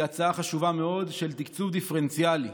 הצעה חשובה מאוד של תקצוב דיפרנציאלי